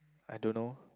I don't know